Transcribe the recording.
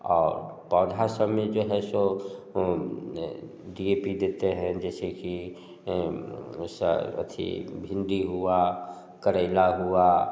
और पौधा सब में जो है सो बी पी देते हैं जैसे कि अथी भिंडी हुआ करेला हुआ